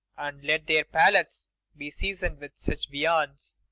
and let their palates be season'd with such viands.